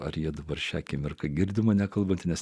ar jie dabar šią akimirką girdimą nekalbantį nes